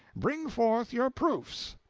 bring forth your proofs.